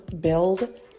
build